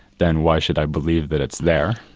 then why should i believe that it's there?